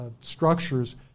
structures